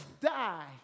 die